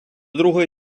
другої